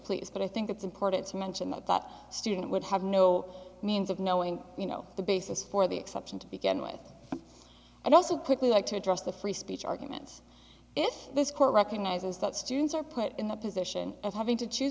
please but i think it's important to mention that the student would have no means of knowing you know the basis for the exception to begin with and also quickly like to address the free speech argument if this court recognizes that students are put in the position of having to choose